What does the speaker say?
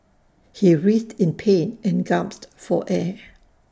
he writhed in pain and gasped for air